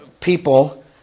people